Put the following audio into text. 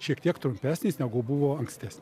šiek tiek trumpesnis buvo ankstesni